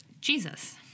Jesus